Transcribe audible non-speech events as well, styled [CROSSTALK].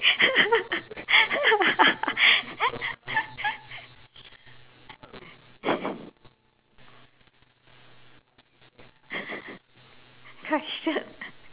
[LAUGHS] question